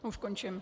Už končím.